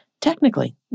Technically